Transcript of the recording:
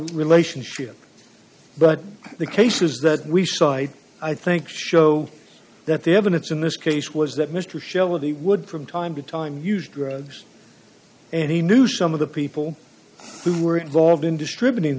relationship but the cases that we cite i think show that the evidence in this case was that mr shell of the would from time to time used drugs and he knew some of the people who were involved in distributing